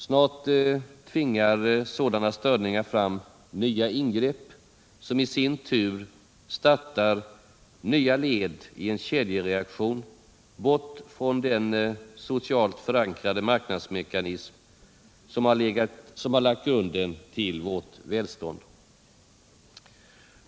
Snart tvingar sådana störningar fram nya ingrepp, som i sin tur startar nya led i en kedjereaktion bort från den socialt förankrade marknadsmekanism som har lagt grunden till vårt välstånd.